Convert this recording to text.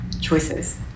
choices